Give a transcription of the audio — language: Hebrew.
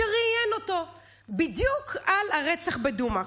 שריאיין אותו בדיוק על הרצח בדומא.